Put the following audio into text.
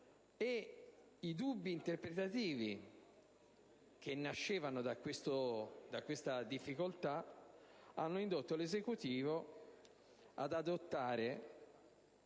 I dubbi interpretativi che nascevano da questa norma hanno indotto l'Esecutivo ad adottare,